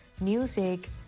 music